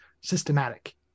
systematic